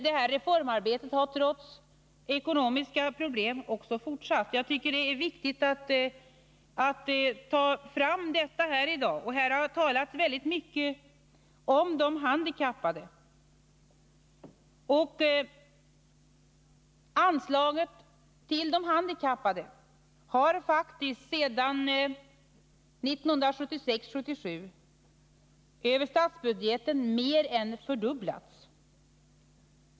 Det reformarbetet har fortsatt, trots ekonomiska problem. Jag tycker att det är viktigt att framhålla detta i dag. Här har talats mycket om de handikappade. Anslaget över statsbudgeten till de handikappade har faktiskt sedan 1976/77 mer än fördubblats.